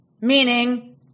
Meaning